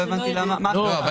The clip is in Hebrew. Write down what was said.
לא הבנתי מה החשש.